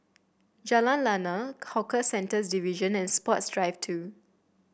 Jalan Lana Hawker Centres Division and Sports Drive Two